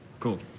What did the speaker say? cool.